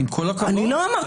אני לא מדבר